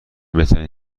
بهترین